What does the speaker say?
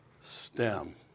STEM